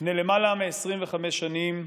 לפני למעלה מ-25 שנים,